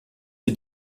für